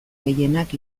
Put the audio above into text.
gehienak